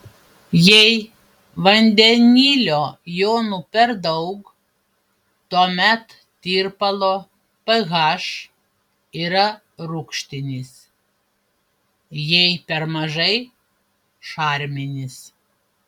jei vandenilio jonų per daug tuomet tirpalo ph yra rūgštinis jei per mažai šarminis